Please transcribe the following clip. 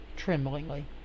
tremblingly